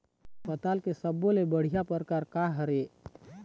पताल के सब्बो ले बढ़िया परकार काहर ए?